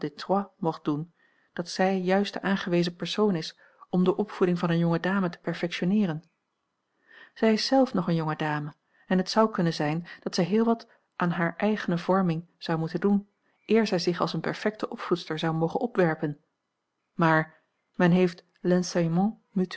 mocht doen dat zij juist de aangewezen persoon is om de opvoeding van eene jonge dame te perfectionneeren zij is zelf nog eene jonge dame en het zou kunnen zijn dat zij heel wat aan hare eigene vorming zou moeten doen eer zij zich als eene perfekte opvoedster zou mogen opwerpen maar men heeft